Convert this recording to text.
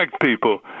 people